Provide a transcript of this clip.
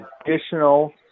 additional